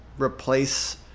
replace